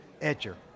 etcher